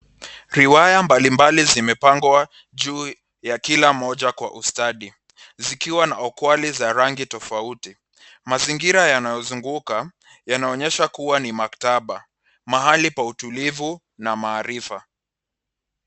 Riwaya mbalimbali zimepangwa juu ya kila mmoja kwa ustadi ,zikiwa na okwali za rangi tofauti. Mazingira yanayo zunguka yanaonyesha kuwa ni makataba, mahali pa utulivu na maarifa.